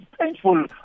painful